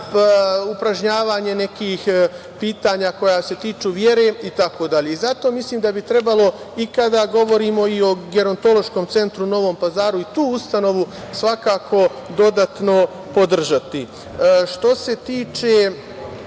upražnjavanje nekih pitanja koja se tiču vere itd. Zato mislim da bi trebalo i kada govorimo o Gerontološkom centru u Novom Pazaru i tu ustanovu dodatno podržati. Što se tiče